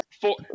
Four